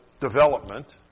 development